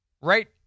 right